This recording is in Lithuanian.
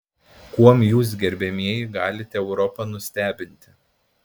kuom jūs gerbiamieji galite europą nustebinti